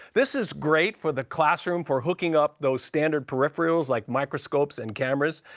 this is great for the classroom, for hooking up those standard peripherals like microscopes and cameras.